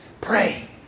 pray